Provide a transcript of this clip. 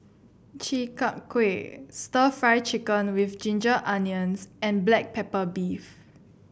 Chi Kak Kuih stir Fry Chicken with Ginger Onions and Black Pepper Beef